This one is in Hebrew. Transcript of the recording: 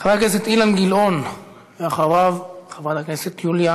חבר הכנסת אילן גילאון, ואחריו, חברת הכנסת יוליה